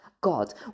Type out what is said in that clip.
God